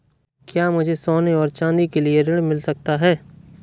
क्या मुझे सोने और चाँदी के लिए ऋण मिल सकता है?